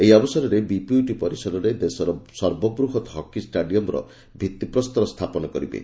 ଏହି ଅବସରରେ ବିପିୟୁଟି ପରିସରରେ ଦେଶର ସର୍ବବୃହତ୍ ହକି ଷ୍ଟାଡିୟମ୍ର ଭିଭିପ୍ରସ୍ତର ସ୍ତାପନ କରିବେ